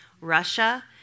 Russia